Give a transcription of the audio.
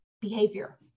behavior